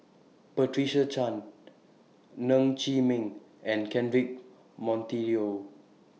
Patricia Chan Ng Chee Meng and Cedric Monteiro